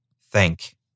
thank